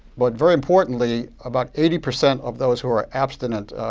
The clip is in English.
but very importantly, about eighty percent of those who are abstinent,